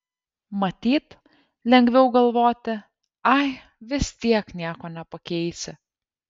matyt lengviau galvoti ai vis tiek nieko nepakeisi